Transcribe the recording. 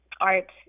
Art